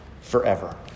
forever